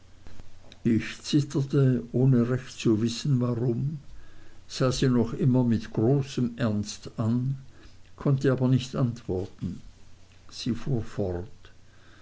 ich zitterte ohne recht zu wissen warum sah sie immer noch mit großem ernste an konnte aber nicht antworten sie fuhr fort